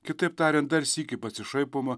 kitaip tariant dar sykį pasišaipoma